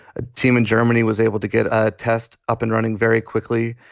a team in germany was able to get a test up and running very quickly.